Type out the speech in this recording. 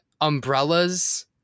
umbrellas